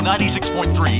96.3